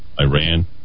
Iran